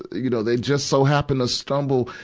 you know, they just so happened to stumble